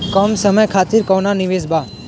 कम समय खातिर कौनो निवेश बा?